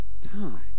time